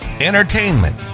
entertainment